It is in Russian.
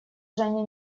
женя